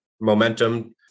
momentum